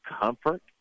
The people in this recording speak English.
comfort